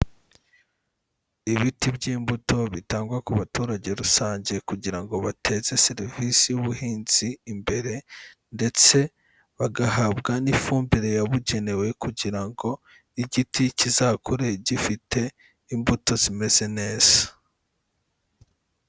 Ibiti by'imbuto bitangwa ku baturage rusange kugira ngo bateze serivisi y'ubuhinzi imbere ndetse bagahabwa n'ifumbire yabugenewe kugira ngo igiti kizakure gifite imbuto zimeze neza.